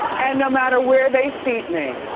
and no matter where they seat me,